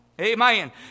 Amen